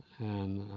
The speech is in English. and